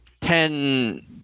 ten